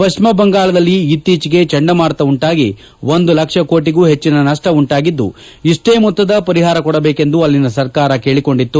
ಪಕ್ಷಿಮ ಬಂಗಾಳದಲ್ಲಿ ಇತ್ತೀಚಿಗೆ ಚಂಡಮಾರುತ ಉಂಟಾಗಿ ಒಂದು ಲಕ್ಷ ಕೋಟಗೂ ಹೆಚ್ಚನ ನಪ್ಪ ಉಂಟಾಗಿದ್ದು ಇಷ್ವೇ ಮೊತ್ತದ ಪರಿಹಾರ ಕೊಡಬೇಕೆಂದು ಅಲ್ಲಿನ ಸರ್ಕಾರ ಕೇಳಕೊಂಡಿತ್ತು